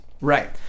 Right